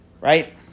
right